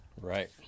Right